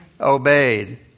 obeyed